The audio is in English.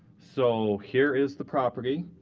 so here is the property,